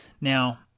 Now